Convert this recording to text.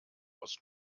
aus